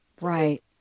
Right